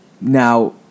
now